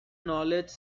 knowledge